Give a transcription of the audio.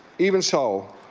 even so,